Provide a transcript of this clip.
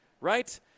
right